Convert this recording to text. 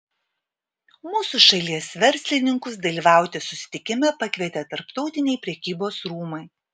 mūsų šalies verslininkus dalyvauti susitikime pakvietė tarptautiniai prekybos rūmai